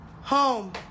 Home